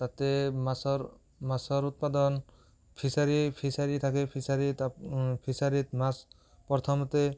তাতে মাছৰ মাছৰ উৎপাদন ফিছাৰী ফিছাৰী থাকে ফিছাৰী তাত ফিছাৰীত মাছ প্ৰথমতে